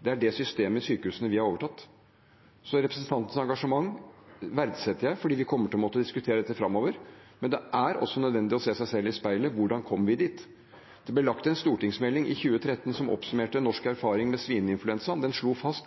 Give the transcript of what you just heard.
det er det systemet i sykehusene vi har overtatt. Så representantens engasjement verdsetter jeg, for vi kommer til å måtte diskutere dette framover, men det er også nødvendig å se seg selv i speilet: Hvordan kom vi dit? Det ble lagt fram en stortingsmelding i 2013 som oppsummerte de norske erfaringene med svineinfluensaen. Den slo fast